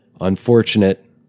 unfortunate